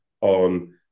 on